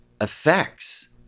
effects